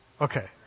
Okay